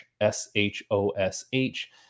S-H-O-S-H